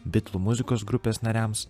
bitlų muzikos grupės nariams